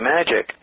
Magic